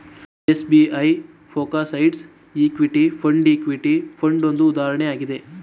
SBI focused equity fund, equity fund ಒಂದು ಉದಾಹರಣೆ ಆಗಿದೆ